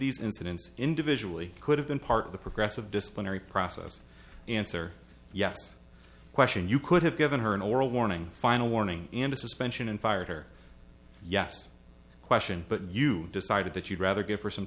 these incidents individually could have been part of the progressive disciplinary process answer yes question you could have given her an oral warning final warning and a suspension and fired her yes question but you you decided that you'd rather give her some